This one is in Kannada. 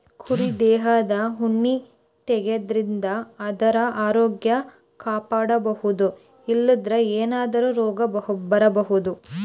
ಕುರಿ ದೇಹದ್ ಉಣ್ಣಿ ತೆಗ್ಯದ್ರಿನ್ದ ಆದ್ರ ಆರೋಗ್ಯ ಕಾಪಾಡ್ಕೊಬಹುದ್ ಇಲ್ಲಂದ್ರ ಏನಾದ್ರೂ ರೋಗ್ ಬರಬಹುದ್